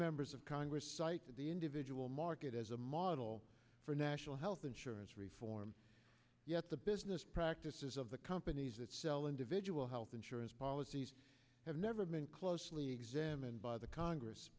members of congress cite the individual market as a model for national health insurance reform yet the business practices of the companies that sell individual health insurance policies have never been closely examined by the congress